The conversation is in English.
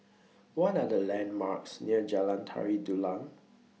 What Are The landmarks near Jalan Tari Dulang